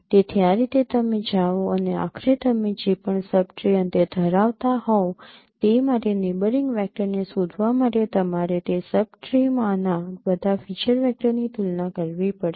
તેથી આ રીતે તમે જાઓ અને આખરે તમે જે પણ સબ ટ્રી અંતે ધરાવતા હોવ તે માટે નેબયરિંગ વેક્ટરને શોધવા માટે તમારે તે સબ ટ્રીમાંના બધા ફીચર વેક્ટરની તુલના કરવી પડશે